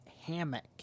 hammock